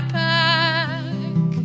back